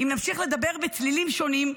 אם נמשיך לדבר בצלילים שונים,